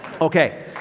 Okay